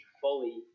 fully